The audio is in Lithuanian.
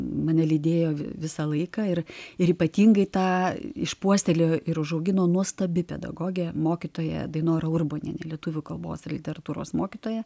mane lydėjo visą laiką ir ir ypatingai tą išpuoselėjo ir užaugino nuostabi pedagogė mokytoja dainora urbonienė lietuvių kalbos literatūros mokytoja